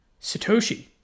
Satoshi